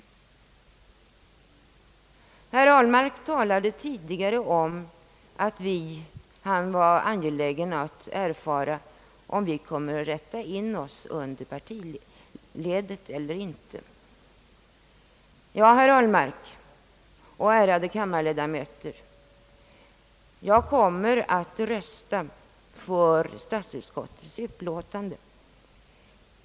Herr Ahlmark talade tidigare om att han var angelägen att erfara om vi ämnade rätta in oss under partiledet eller inte. Ja, herr Ahlmark och ärade kammarledamöter, jag kommer att rösta för statsutskottets förslag.